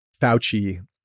Fauci